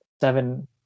seven